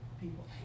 people